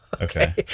Okay